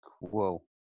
whoa